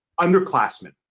Underclassmen